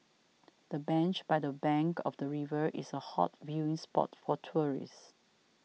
the bench by the bank of the river is a hot viewing spot for tourists